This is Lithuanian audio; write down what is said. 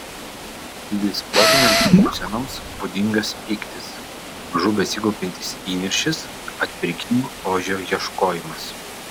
disforinėms būsenoms būdingas pyktis pamažu besikaupiantis įniršis atpirkimo ožio ieškojimas